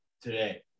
today